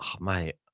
mate